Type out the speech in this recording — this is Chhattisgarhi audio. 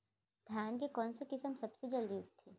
धान के कोन से किसम सबसे जलदी उगथे?